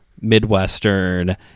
Midwestern